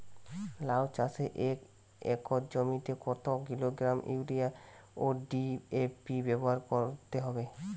লাউ চাষে এক একর জমিতে কত কিলোগ্রাম ইউরিয়া ও ডি.এ.পি ব্যবহার করতে হবে?